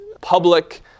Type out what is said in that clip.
public